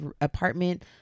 apartment